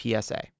PSA